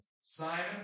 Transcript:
Simon